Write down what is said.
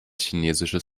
chinesisches